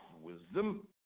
wisdom